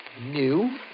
New